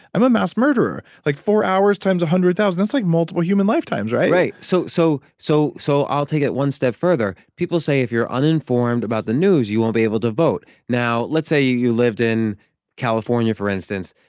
i'm a mass murderer. like, four hours times a hundred thousand that's like multiple human life times, right? right, so so so so i'll take it one step further. people say if you're uninformed about the news you won't be able to vote. now, let's say you you lived in california, california, for instance,